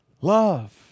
Love